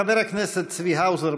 חבר הכנסת צבי האוזר,